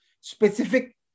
specific